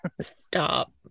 Stop